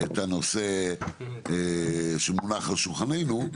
-- את הנושא שמונח על שולחננו,